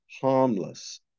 harmless